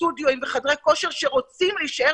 סטודיואים וחדרי כושר שרוצים להישאר